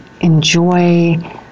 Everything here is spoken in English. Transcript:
enjoy